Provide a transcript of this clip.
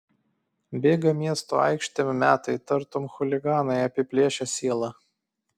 bėga miesto aikštėm metai tartum chuliganai apiplėšę sielą